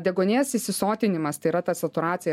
deguonies įsisotinimas tai yra ta saturacija